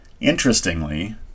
Interestingly